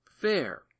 fair